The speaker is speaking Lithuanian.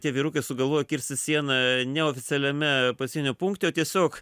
tie vyrukai sugalvojo kirsti sieną neoficialiame pasienio punkte o tiesiog